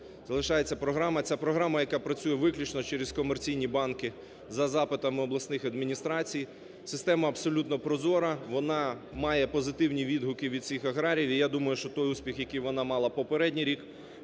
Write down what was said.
програма, ця програма, яка працює виключно через комерційні банки за запитами обласних адміністрацій, система абсолютно прозора, вона має позитивні відгуки від всіх аграріїв і, я думаю, що той успіх, який вона мала попередній рік,